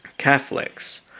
Catholics